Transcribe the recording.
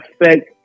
affect